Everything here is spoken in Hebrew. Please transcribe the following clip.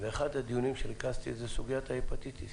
ואני ריכזתי את סוגיית הפטטיס